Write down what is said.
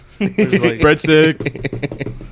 Breadstick